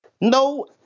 no